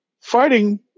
fighting